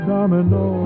Domino